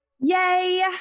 Yay